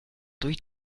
durch